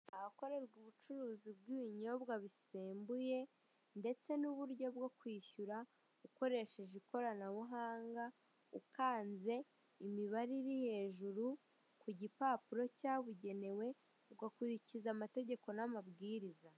Ahakorerwa ubucuruzi bw'ibinyobwa bisembuye ndetse n'uburyo bwo kwishyura ukoresheje ikoranabuhanga, ukanze imibare iri hejuru ku gipapuro cyabugenewe ugakurikiza amategeko n'amabwiriza.